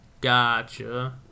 Gotcha